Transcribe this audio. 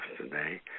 today